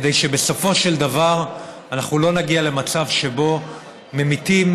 כדי שבסופו של דבר אנחנו לא נגיע למצב שבו ממיתים